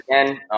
again